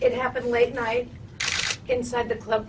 it happened late night inside the club